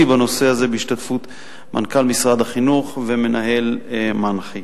בנושא הזה בהשתתפות מנכ"ל משרד החינוך ומנהל מנח"י.